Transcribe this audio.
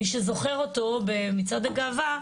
מי שזוכר אותו במצעד הגאווה,